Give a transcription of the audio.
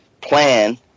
plan